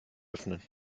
öffnen